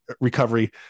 recovery